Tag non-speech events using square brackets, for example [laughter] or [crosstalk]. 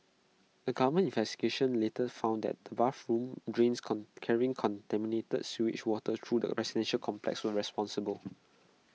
A government investigation later found that bathroom drains [unintelligible] carrying contaminated sewage water through the residential complex were responsible